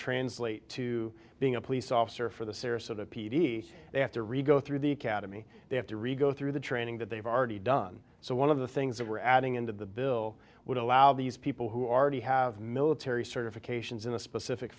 translate to being a police officer for the sarasota p d they have to re go through the academy they have to re go through the training that they've already done so one of the things that we're adding into the bill would allow these people who are to have military certifications in a specific